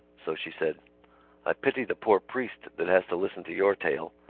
so she said i pity the poor priest that has to listen to your tale.